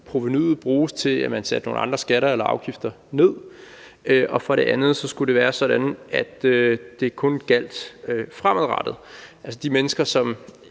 provenuet bruges til, at man satte nogle andre skatter eller afgifter ned, og for det andet skulle det være sådan, at det kun gjaldt fremadrettet. De mennesker, som